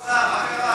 מחייב הסבר, אדוני.